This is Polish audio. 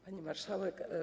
Pani Marszałek!